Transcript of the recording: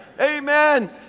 Amen